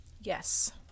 Yes